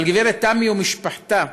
אבל הגברת תמי ומשפחתה,